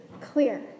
clear